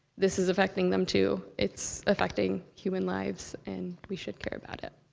this is affecting them, too. it's affecting human lives, and we should care about it.